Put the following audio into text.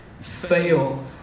fail